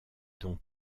dont